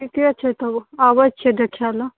ठीके छै तब आबैत छियै देखै लऽ